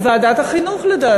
ועדת החינוך, לדעתי.